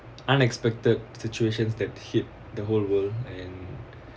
unexpected situations that hit the whole world and